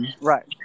Right